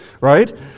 right